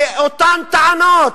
ואותן טענות.